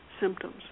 symptoms